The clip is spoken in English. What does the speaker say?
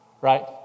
right